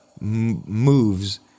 moves